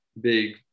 big